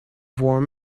warm